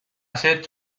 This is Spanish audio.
ser